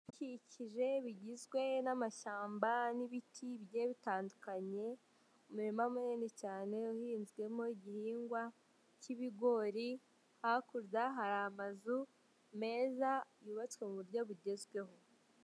Ibidukikije bigizwe n'amashyamba n'ibiti bigiye bitandukanye umurima munini cyane uhinzwemo igihingwa k'ibigori hakurya hari amazu meza yubatswe mu buryo bugezweho.